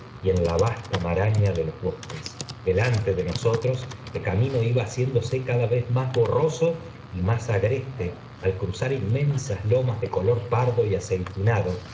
y en la vsta maraña de los bosques delante de nosotros el camino iba haciéndose cada vez más borroso y más agreste al cruzar inmensas lomas de color pardo y aceitunado